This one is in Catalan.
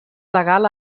legal